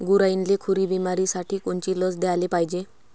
गुरांइले खुरी बिमारीसाठी कोनची लस द्याले पायजे?